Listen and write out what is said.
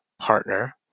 partner